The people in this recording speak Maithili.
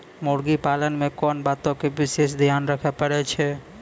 मुर्गी पालन मे कोंन बातो के विशेष ध्यान रखे पड़ै छै?